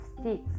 sticks